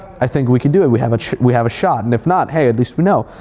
i think we can do it, we have we have a shot. and if not, hey, at least we know.